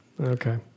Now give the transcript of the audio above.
Okay